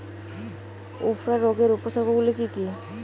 উফরা রোগের উপসর্গগুলি কি কি?